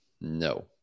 no